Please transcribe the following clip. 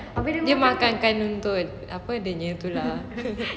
dia makan untuk apa jia jia tu lah